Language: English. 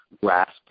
grasp